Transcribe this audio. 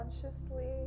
consciously